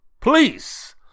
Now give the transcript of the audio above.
please